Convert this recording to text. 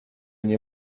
nie